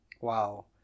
Wow